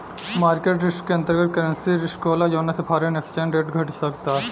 market risk के अंतर्गत, currency risk होला जौना से फॉरेन एक्सचेंज रेट घट सकता